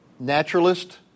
naturalist